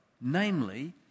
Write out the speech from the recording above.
namely